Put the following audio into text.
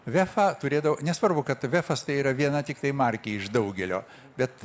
vefą turėdavo nesvarbu kad vefas tai yra viena tiktai markė iš daugelio bet